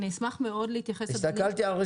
אני אשמח מאוד להתייחס לדברים.